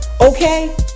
okay